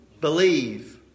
believe